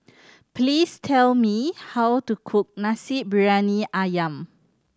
please tell me how to cook Nasi Briyani Ayam